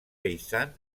paysanne